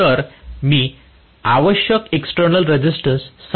तर मी आवश्यक एक्स्टर्नल रेजिस्टन्स समाविष्ट केला आहे